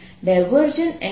ds0 છે અને તેથી